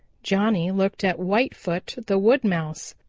johnny looked at whitefoot the wood mouse.